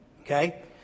Okay